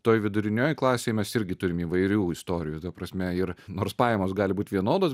toj vidurinioj klasėj mes irgi turim įvairių istorijų ta prasme ir nors pajamos gali būti vienodos